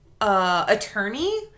attorney